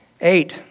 Eight